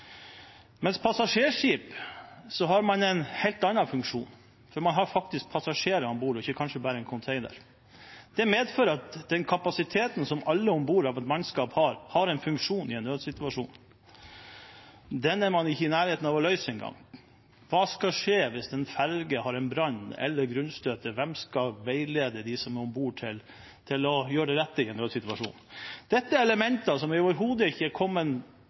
har mannskapet en helt annen funksjon. Man har passasjerer om bord og kanskje ikke bare en container. Det medfører at den kapasiteten hele mannskapet om bord har, har en funksjon i en nødsituasjon. Dette er man ikke engang i nærheten av å løse. Hva skal skje hvis en ferje har en brann eller grunnstøter? Hvem skal veilede dem som er om bord, til å gjøre det rette i en nødsituasjon? Dette er elementer som vi overhodet ikke er kommet